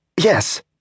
Yes